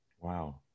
Wow